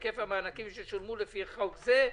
היקף המענקים ששולמו לפי חוק זה,